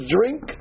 Drink